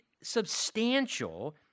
substantial